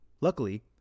Luckily